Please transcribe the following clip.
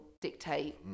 dictate